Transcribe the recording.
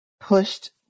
pushed